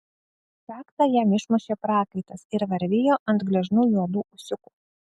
kaktą jam išmušė prakaitas ir varvėjo ant gležnų juodų ūsiukų